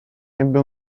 ebbe